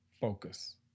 Focus